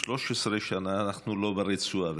13 שנה אנחנו לא ברצועה,